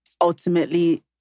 ultimately